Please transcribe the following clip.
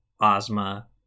Ozma